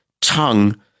tongue